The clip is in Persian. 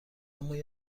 موی